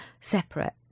separate